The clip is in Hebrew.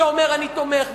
שאומר: אני תומך,